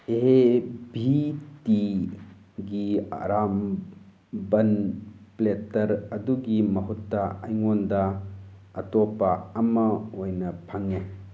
ꯑꯦ V ꯇꯤꯒꯤ ꯑꯔꯥꯝꯕꯟ ꯄ꯭ꯂꯦꯇꯔ ꯑꯗꯨꯒꯤ ꯃꯍꯨꯠꯇ ꯑꯩꯉꯣꯟꯗ ꯑꯇꯣꯞꯄ ꯑꯃ ꯑꯣꯏꯅ ꯐꯪꯉꯦ